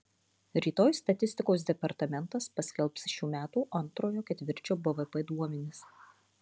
rytoj statistikos departamentas paskelbs šių metų antrojo ketvirčio bvp duomenis